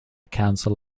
council